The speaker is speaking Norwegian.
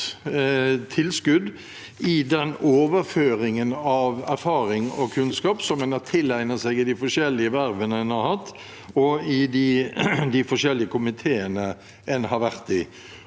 tilskudd i form av overføring av erfaring og kunnskap en har tilegnet seg i de forskjellige vervene en har hatt, og i de forskjellige komiteene en har vært i.